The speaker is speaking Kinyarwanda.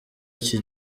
iki